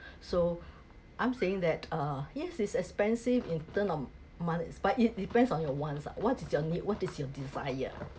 so I'm saying that uh yes it's expensive in term of money but it depends on your wants lah what is your need what is your desire